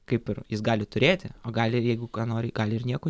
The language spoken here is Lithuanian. kaip ir jis gali turėti o gali jeigu ką nori gali ir nieko